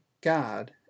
God